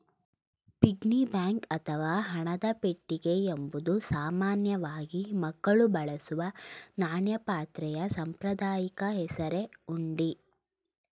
piggy bank ಅಥವಾ ಹಣದ ಪೆಟ್ಟಿಗೆ ಎಂಬುದು ಸಾಮಾನ್ಯವಾಗಿ ಮಕ್ಕಳು ಬಳಸುವ ನಾಣ್ಯ ಪಾತ್ರೆಯ ಸಾಂಪ್ರದಾಯಿಕ ಹೆಸರೇ ಹುಂಡಿ